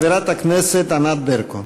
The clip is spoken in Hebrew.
חברת הכנסת ענת ברקו.